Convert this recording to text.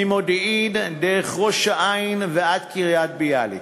ממודיעין דרך ראש-העין ועד קריית-ביאליק.